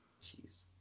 Jeez